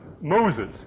Moses